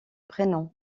prénom